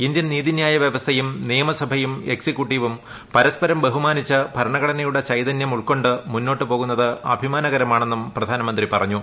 Indian നീതിന്യായ വൃവസ്ഥയും നിയമസഭയും എക്സിക്യുട്ടീവും പരസ്പരം ബഹുമാനിച്ച് ഭരണഘടനയുടെ ചൈതന്യം മുന്നോട്ട് പോകുന്നത് അഭിമാനകരമാണെന്നും പ്രധാനമന്ത്രി പറഞ്ഞു